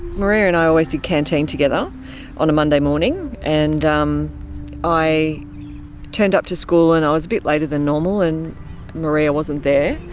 maria and i always did canteen together on a monday morning and um i turned up to school and i was a bit later than normal and maria wasn't there,